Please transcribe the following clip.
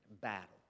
battle